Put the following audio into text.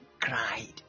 cried